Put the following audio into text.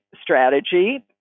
strategy